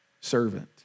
servant